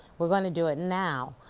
we're gonna do it now.